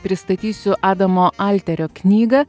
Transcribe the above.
pristatysiu adamo alterio knygą